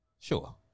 Sure